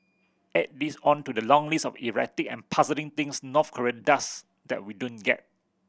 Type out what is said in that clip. add this on to the long list of erratic and puzzling things North Korea does that we don't get